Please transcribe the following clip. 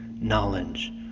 knowledge